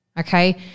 Okay